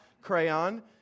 crayon